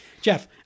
Jeff